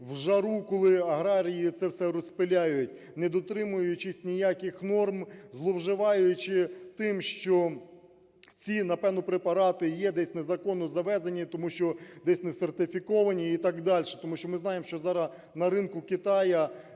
в жару, коли аграрії все це розпиляють, не дотримуючись ніяких норм, зловживаючи тим, що ці, напевно, препарати є десь незаконно завезені, тому що десь не сертифіковані і так дальше. Тому що ми знаємо, що зараз на ринку Китаю